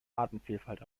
artenvielfalt